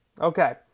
Okay